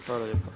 Hvala lijepa.